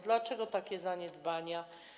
Dlaczego takie zaniedbania?